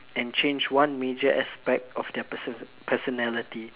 and change one major aspect of their person personality